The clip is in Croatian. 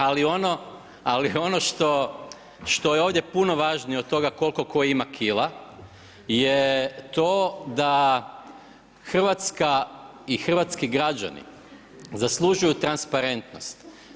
Ali ono što je ovdje puno važnije od toga koliko tko ima kila, je to da Hrvatska i hrvatski građani zaslužuju transparentnost.